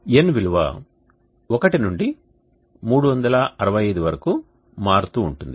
N విలువ 1 నుండి 365 వరకు మారుతూ ఉంటుంది